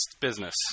business